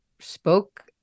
spoke